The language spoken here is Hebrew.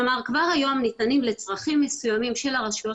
כלומר כבר היום לצרכים מסוימים של הרשויות